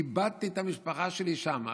איבדתי את המשפחה שלי שם.